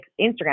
Instagram